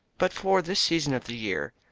but for this season of the year,